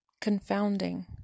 confounding